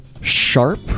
sharp